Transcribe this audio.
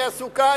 היא עסוקה,